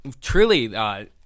truly